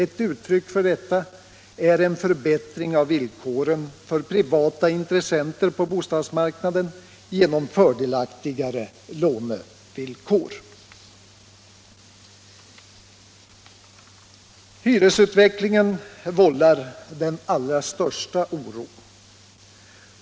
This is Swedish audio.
Ett uttryck för detta är förbättringen av villkoren för privata intressenter på bostadsmarknaden genom införande av fördelaktigare lånevillkor. Hyresutvecklingen vållar den allra största oro.